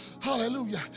hallelujah